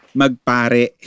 magpare